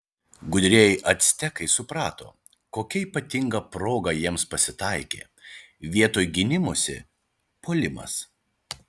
gudrieji actekai suprato kokia ypatinga proga jiems pasitaikė vietoj gynimosi puolimas